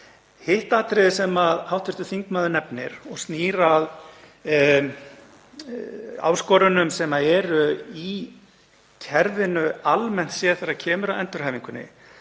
Hitt atriðið sem hv. þingmaður nefnir og snýr að þeim áskorunum sem eru í kerfinu almennt séð þegar kemur að endurhæfingunni